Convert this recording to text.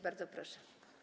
Bardzo proszę.